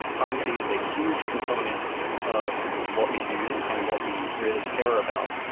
privacy is a huge component of what we do and what we really care about.